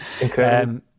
Incredible